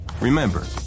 Remember